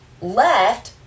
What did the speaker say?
left